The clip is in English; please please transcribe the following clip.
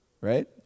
Right